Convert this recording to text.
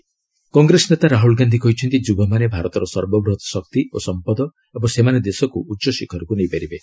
Rajasthan Rahul rally Congress ନେତା ରାହୁଲ ଗାନ୍ଧି କହିଛନ୍ତି ଯୁବାମାନେ ଭାରତର ସର୍ବବୃହତ ଶକ୍ତି ଓ ସମ୍ପଦ ଏବଂ ସେମାନେ ଦେଶକୁ ଉଚ୍ଚଶିଖରକୁ ନେଇପାରିବେ